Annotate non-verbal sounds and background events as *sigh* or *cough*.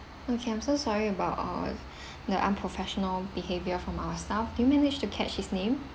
okay I'm so sorry about all *breath* the unprofessional behavior from our staff do you manage to catch his name